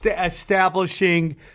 establishing